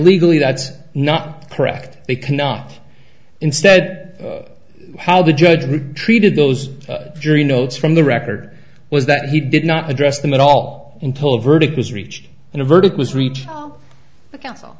legally that's not correct they cannot instead how the judge he treated those jury notes from the record was that he did not address them at all until a verdict was reached and a verdict was reached the council